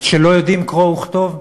לא יודעים קרוא וכתוב?